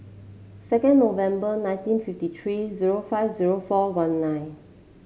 second November nineteen fifty three zero five zero four one nine